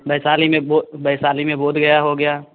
वैशाली में बो वैशाली में बोधगया हो गया